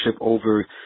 over